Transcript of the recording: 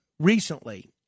Recently